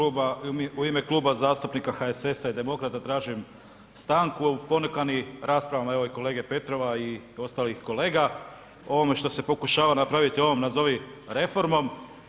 U ime Kluba zastupnika HSS-a i Demokrata tražim stanku, ponukani raspravama kolege Petrova i ostalih kolega ovome što se pokušava napraviti o ovom nazovi reformom.